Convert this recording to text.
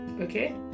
Okay